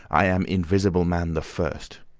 i am invisible man the first.